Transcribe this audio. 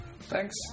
Thanks